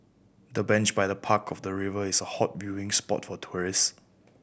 the bench by the park of the river is a hot viewing spot for tourists